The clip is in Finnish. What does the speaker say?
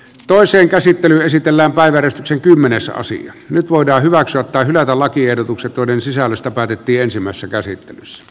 toisen käsittelyn esitellä vaan vertasi nyt voidaan hyväksyä tai hylätä lakiehdotukset joiden sisällöstä päätettiin ensimmäisessä käsittelyssä